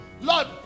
Lord